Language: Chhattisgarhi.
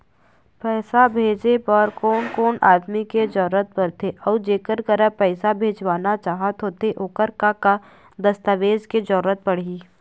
पैसा भेजे बार कोन कोन आदमी के जरूरत पड़ते अऊ जेकर करा पैसा भेजवाना चाहत होथे ओकर का का दस्तावेज के जरूरत पड़ही?